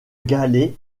galets